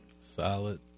Solid